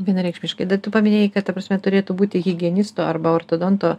vienareikšmiškai tai tu paminėjai kad ta prasme turėtų būti higienisto arba ortodonto